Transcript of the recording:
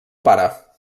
pare